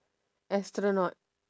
astronaut